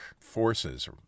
forces